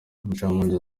umucamanza